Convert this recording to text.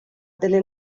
delle